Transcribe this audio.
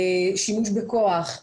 שימוש בכוח,